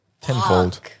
tenfold